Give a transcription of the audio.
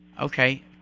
Okay